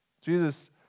Jesus